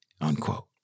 Unquote